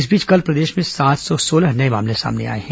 इस बीच कल प्रदेश में सात सौ सोलह नये मामले सामने आए हैं